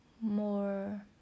more